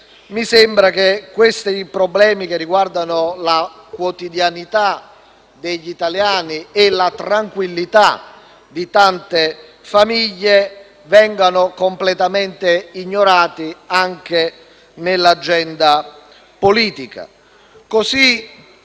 Mi sembra che i problemi che riguardano la quotidianità degli italiani e la tranquillità di tante famiglie vengano completamente ignorati anche nell'agenda politica.